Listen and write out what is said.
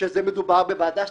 כשמדובר בוועדה סטטוטורית.